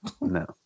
No